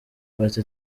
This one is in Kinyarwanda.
bati